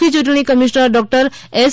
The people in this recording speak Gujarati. મુખ્ય ચૂંટણી કમિશનર ડૉક્ટર એસ